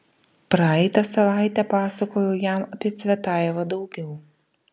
praeitą savaitę pasakojau jam apie cvetajevą daugiau